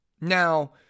Now